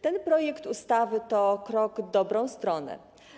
Ten projekt ustawy to krok w dobrą stronę.